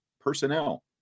personnel